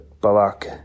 Balak